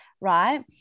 right